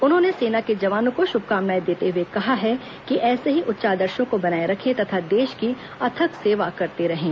उन्होंने सेना के जवानों को शुभकामनाएं देते हुए कहा है कि ऐसे ही उच्च आदर्शों को बनाए रखें तथा देश की अथक सेवा करते रहें